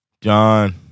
John